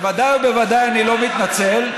בוודאי ובוודאי אני לא מתנצל.